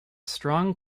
strong